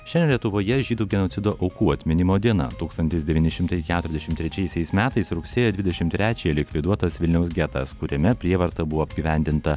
šiandien lietuvoje žydų genocido aukų atminimo diena tūkstantis devyni šimtai keturiasdešimt trečiaisiais metais rugsėjo dvidešimt trečiąją likviduotas vilniaus getas kuriame prievarta buvo apgyvendinta